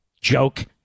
joke